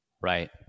Right